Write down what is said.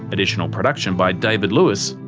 additional production by david lewis.